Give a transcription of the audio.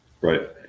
Right